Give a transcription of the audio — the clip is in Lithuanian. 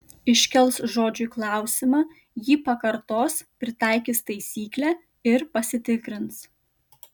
iškels žodžiui klausimą jį pakartos pritaikys taisyklę ir pasitikrins